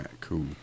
Cool